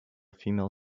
female